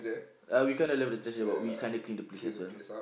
uh we kind of left the trash but we kind of clean the place as well